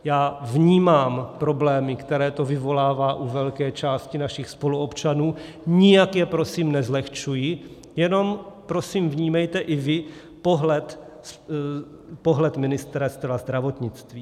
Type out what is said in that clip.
Já vnímám problémy, které to vyvolává u velké části našich spoluobčanů, nijak je prosím nezlehčuji, jenom prosím vnímejte i vy pohled Ministerstva zdravotnictví.